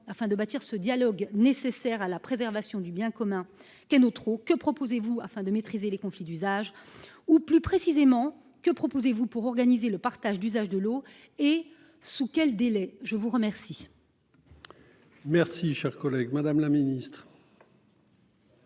pour bâtir ce dialogue si nécessaire à la préservation du bien commun qu'est notre eau ? Que proposez-vous afin de maîtriser les conflits d'usage ? Plus précisément, que proposez-vous pour organiser le partage d'usage de l'eau, et sous quel délai ? La parole est à Mme la secrétaire d'État. Madame la sénatrice